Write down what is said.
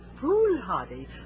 foolhardy